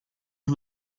who